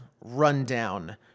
Rundown